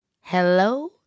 Hello